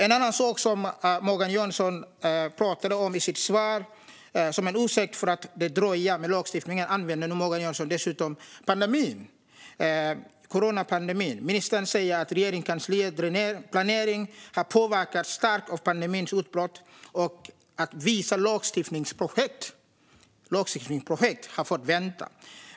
I sitt svar använde Morgan Johansson coronapandemin som en ursäkt för att det dröjer med lagstiftningen. Ministern sa att Regeringskansliets planering har påverkats starkt av pandemins utbrott och att vissa lagstiftningsprojekt har fått vänta.